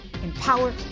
empower